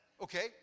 Okay